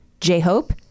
J-Hope